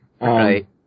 right